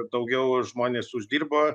daugiau žmonės uždirbo